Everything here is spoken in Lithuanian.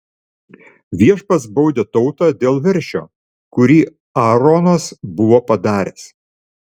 viešpats baudė tautą dėl veršio kurį aaronas buvo padaręs